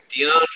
DeAndre